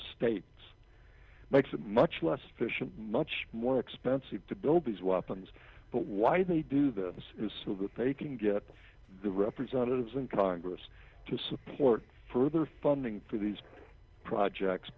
states makes it much less efficient much more expensive to build these weapons but why they do this is so that they can get the representatives in congress to support further funding for these projects